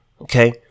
Okay